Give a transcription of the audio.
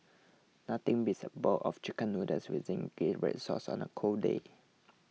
nothing beats a bowl of Chicken Noodles with Zingy Red Sauce on a cold day